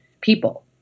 people